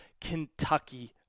Kentucky